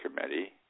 Committee